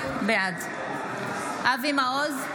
בעד אבי מעוז,